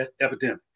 epidemic